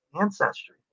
ancestry